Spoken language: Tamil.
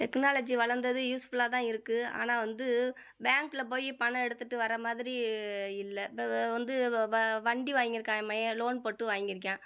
டெக்னாலஜி வளர்ந்தது யூஸ்ஃபுல்லாக தான் இருக்குது ஆனால் வந்து பேங்கில் போய் பணம் எடுத்துகிட்டு வர மாதிரி இல்லை வந்து வண்டி வாங்கியிருக்கான் என் மகன் லோன் போட்டு வாங்கியிருக்கான்